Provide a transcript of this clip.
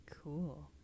cool